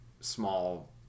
small